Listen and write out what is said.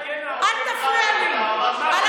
הגנה, אל תפריע לי.